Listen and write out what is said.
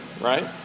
right